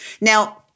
Now